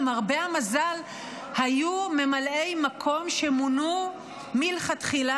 למרבה המזל היו ממלא מקום שמונו מלכתחילה